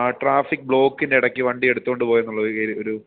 ആ ട്രാഫിക് ബ്ലോക്കിൻ്റെ ഇടയ്ക്ക് വണ്ടി എടുത്തുകൊണ്ട് പോയെന്ന് ഉള്ള ഒരു ഒരു